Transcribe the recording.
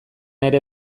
ere